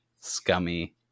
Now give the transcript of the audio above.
scummy